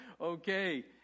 okay